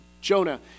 Jonah